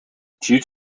due